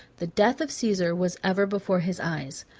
the death of caesar was ever before his eyes.